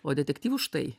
o detektyvų štai